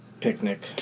picnic